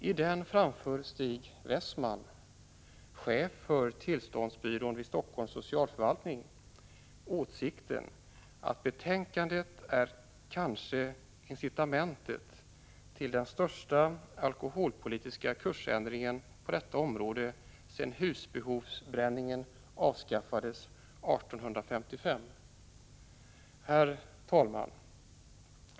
I den framför Stig Wessman, chef för tillståndsbyrån vid Helsingforss socialförvaltning, åsikten att betänkandet kanske är incitamentet till den största alkoholpolitiska kursändringen på detta område sedan husbehovsbränningen avskaffades 1855. Herr talman!